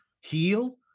heal